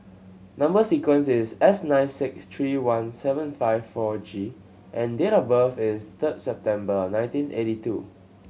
number sequence is S nine six three one seven five four G and date of birth is third September nineteen eighty two